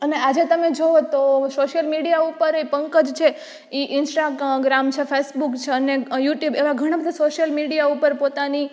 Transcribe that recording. અને આજે તમે જુઓ તો સોશિયલ મીડિયા ઉપર એ પંકજ છે એ ઈન્સ્ટાગ્રામ છે ફેસબુક છે અને યુટ્યુબ એવાં ઘણાં બધાં સોશિયલ મીડિયા ઉપર પોતાની